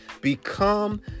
become